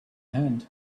hand